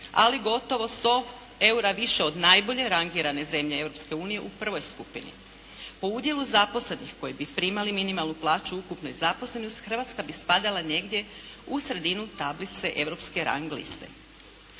ali gotovo 100 eura više od najbolje rangirane zemlje Europske unije u prvoj skupini. Po udjelu zaposlenih koji bi primali minimalnu plaću u ukupnoj zaposlenosti Hrvatska bi spadala negdje u sredinu tablicu europske rang liste.